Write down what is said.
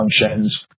functions